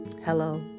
Hello